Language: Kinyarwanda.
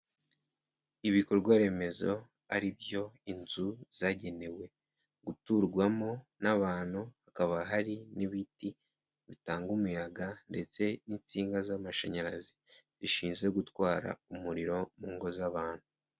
Ibikorwa remezo ari byo inzu zagenewe guturwamo n'abantu, hakaba hari n'ibiti bitanga umuyaga ndetse n'insinga z'amashanyarazi zishinzwe gutwara umuriro mu ngo z'abantu.